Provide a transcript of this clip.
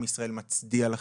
עם ישראל מצדיע לכם.